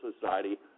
Society